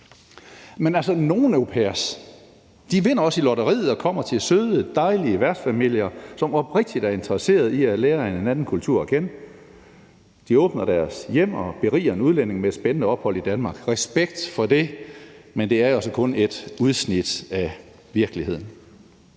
Men altså nogle au pairer vinder også i lotteriet og kommer til søde, dejlige værtsfamilier, som oprigtigt er interesseret i at lære en anden kultur at kende. De åbner deres hjem og beriger en udlænding med et spændende ophold i Danmark – respekt for det, men det er altså kun et udsnit af virkeligheden.